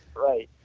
right,